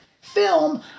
film